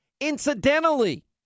incidentally